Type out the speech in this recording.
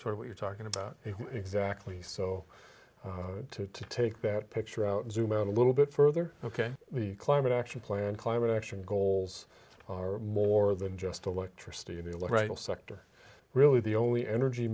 sort of what you're talking about exactly so to to take that picture out and zoom out a little bit further ok the climate action plan climate action goals are more than just electricity they look right sector really the only energy